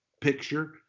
picture